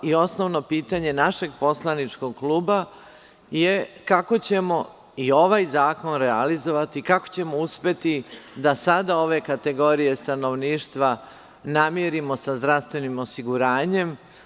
Osnovno pitanje našeg poslaničkog kluba je – kako ćemo i ovaj zakon realizovati, kako ćemo uspeti da sada ove kategorije stanovništva namirimo sa zdravstvenim osiguranjem?